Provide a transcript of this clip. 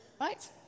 Right